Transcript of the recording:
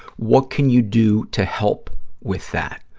what can you do to help with that?